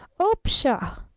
oh, pshaw!